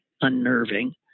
unnerving